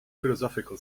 philosophical